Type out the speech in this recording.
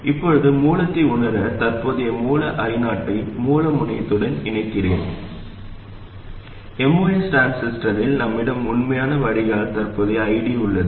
இப்போது மூலத்தை உணர தற்போதைய மூல I0 ஐ மூல முனையத்துடன் இணைக்கிறேன் MOS டிரான்சிஸ்டரில் நம்மிடம் உண்மையான வடிகால் தற்போதைய ID உள்ளது